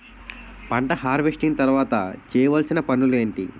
పంట హార్వెస్టింగ్ తర్వాత చేయవలసిన పనులు ఏంటి?